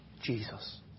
Jesus